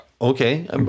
okay